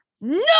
No